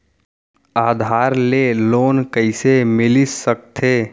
आधार से लोन कइसे मिलिस सकथे?